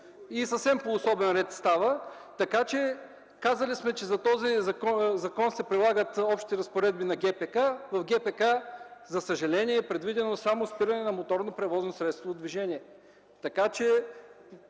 съвсем по особен ред става. Така че казвали сме че в този закон се прилагат общи разпоредби на ГПК. В ГПК за съжаление е предвидено само спиране на моторно превозно средство от движение. Така че